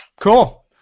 cool